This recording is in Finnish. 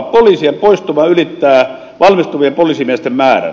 poliisien poistuma ylittää valmistuvien poliisimiesten määrän